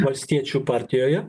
valstiečių partijoje